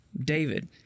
David